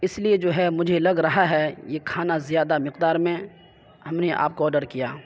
اس لیے جو ہے مجھے لگ رہا ہے یہ کھانا زیادہ مقدار میں ہم نے آپ کو آڈر کیا